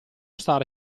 stare